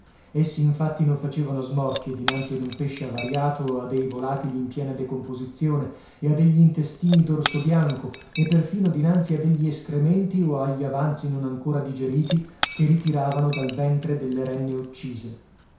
eterni essi infatti non facevano smorfie dinanzi ad un pesce avariato o a dei volatili in piena decomposizione e a degli intestini d'orso bianco e perfino dinanzi a degli escrementi o agli avanzi non ancora digeriti che ritiravano dal ventre delle renne uccise